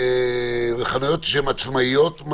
וחנויות שהן עצמאיות.